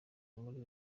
muri